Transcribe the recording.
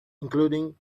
including